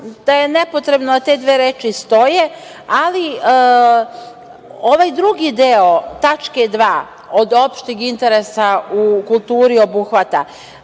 da je nepotrebno da te dve reči stoje, ali ovaj drugi deo tačke 2) od opšteg interesa u kulturi obuhvata